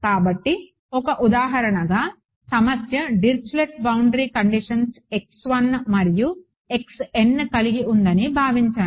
కాబట్టి ఒక ఉదాహరణగా సమస్య డిరిచ్లెట్ బౌండరీ కండిషన్స్ మరియు కలిగి ఉందని భావించాను